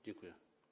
Dziękuję.